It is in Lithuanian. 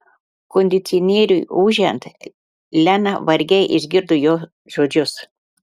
kondicionieriui ūžiant lena vargiai išgirdo jo žodžius